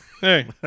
hey